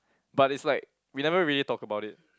but it's like we never really talk about it